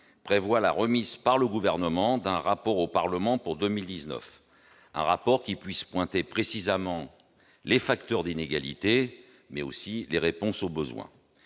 prévoit la remise par le gouvernement d'un rapport au Parlement pour 2019, un rapport qui puisse pointer précisément les facteurs d'inégalité mais aussi les réponses aux besoins